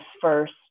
first